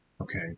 Okay